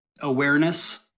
awareness